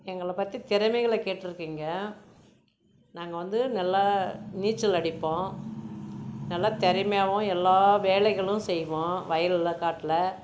எங்களை பற்றி திறமைகள கேட்ருக்கீங்க நாங்கள் வந்து நல்லா நீச்சல் அடிப்போம் நல்லா திறமியாவும் எல்லா வேலைகளும் செய்வோம் வயலில் காட்டில்